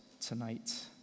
tonight